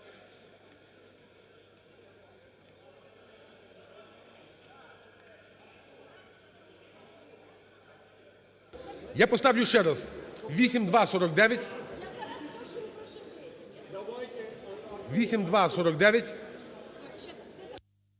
Я поставлю ще раз 8249.